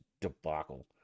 debacle